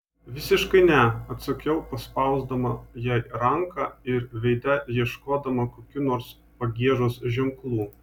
visiškai ne atsakiau paspausdama jai ranką ir veide ieškodama kokių nors pagiežos ženklų